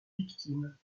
victimes